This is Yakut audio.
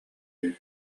үһү